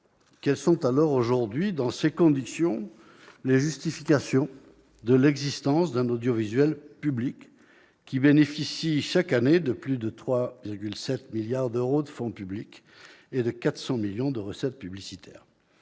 ces conditions, quelles sont les justifications de l'existence d'un audiovisuel public qui bénéficie chaque année de plus de 3,7 milliards d'euros de fonds publics et de 400 millions d'euros de recettes publicitaires ?